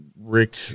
Rick